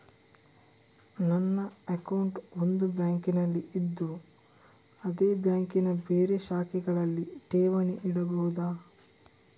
ನನ್ನ ಅಕೌಂಟ್ ಒಂದು ಬ್ಯಾಂಕಿನಲ್ಲಿ ಇದ್ದು ಅದೇ ಬ್ಯಾಂಕಿನ ಬೇರೆ ಶಾಖೆಗಳಲ್ಲಿ ಠೇವಣಿ ಇಡಬಹುದಾ?